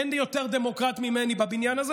אין יותר דמוקרט ממני בבניין הזה,